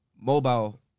Mobile